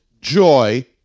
joy